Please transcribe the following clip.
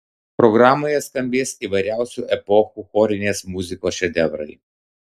programoje skambės įvairiausių epochų chorinės muzikos šedevrai